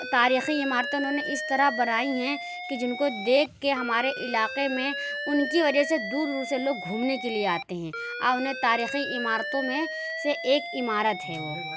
تاریخی عمارتوں نے انہوں نے اس طرح سے بنائی ہیں کہ جن کو دیکھ کے ہمارے علاقے میں ان کی وجہ سے دور دور سے لوگ گھومنے کے لیے آتے ہیں آ انہیں تاریخی عمارتوں میں سے ایک عمارت ہے وہ